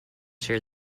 share